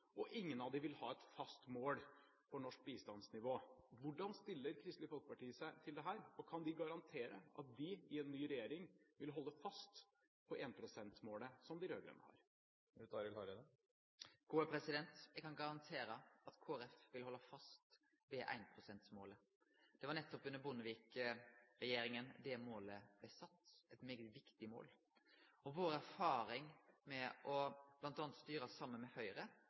og ingen av dem vil ha et fast mål for norsk bistandsnivå. Hvordan stiller Kristelig Folkeparti seg til dette? Kan de garantere at de i en ny regjering vil holde fast på 1 pst.-målet som de rød-grønne har? Eg kan garantere at Kristeleg Folkeparti vil halde fast ved 1 pst.-målet. Det var under Bondevik II-regjeringa det målet, eit svært viktig mål, blei sett. Erfaringane våre med å styre med